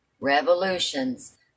revolutions